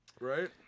Right